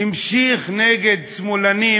והמשיך נגד סמולנים,